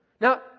Now